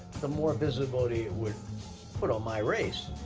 the more visibility it would put on my race.